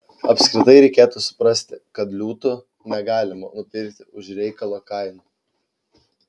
apskritai reikėtų suprasti kad liūtų negalima nupirkti už reikalo kainą